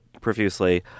profusely